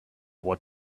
what